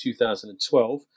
2012